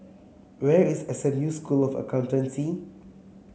where is S M U School of Accountancy